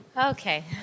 Okay